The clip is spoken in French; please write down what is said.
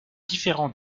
différents